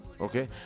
Okay